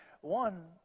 One